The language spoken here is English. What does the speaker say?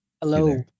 Hello